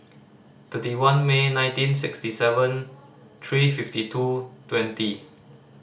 thirty one May nineteen sixty seven three fifty two twenty